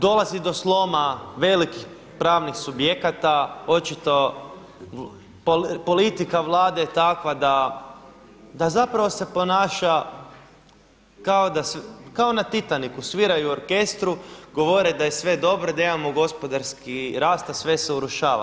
Dolazi do sloma velikih pravnih subjekata, očito politika Vlade je takva da zapravo se ponaša kao na Titaniku, sviraju u orkestru, govore da je sve dobro i da imamo gospodarski rast a sve se urušava.